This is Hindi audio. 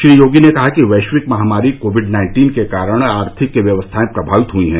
श्री योगी ने कहा कि वैश्विक महामारी कोविड नाइन्टीन के कारण आर्थिक व्यवस्थाएं प्रभावित हुई हैं